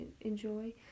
enjoy